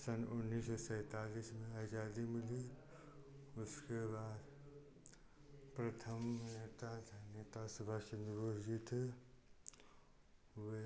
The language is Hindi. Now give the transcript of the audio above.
सन उन्नीस सौ सैंतालीस में अजादी मिली उसके बाद प्रथम नेता थे नेता सुभाष चन्द्र बोस जी थे वे